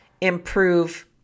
improve